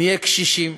נהיה קשישים?